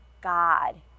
God